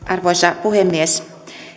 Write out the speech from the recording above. arvoisa puhemies